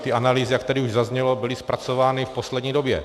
Ty analýzy, jak tady zaznělo, byly zpracovány v poslední době.